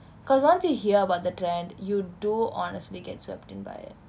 because once you hear about the trend you do honestly get swept in by it